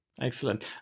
Excellent